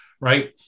right